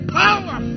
power